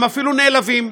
הם אפילו נעלבים.